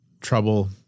trouble